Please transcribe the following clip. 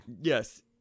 yes